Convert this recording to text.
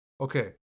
Okay